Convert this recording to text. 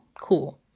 cool